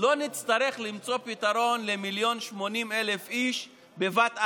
לא נצטרך למצוא פתרון ל-1.08 מיליון איש בבת אחת.